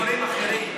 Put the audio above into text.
הם אוכלים דברים אחרים.